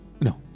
no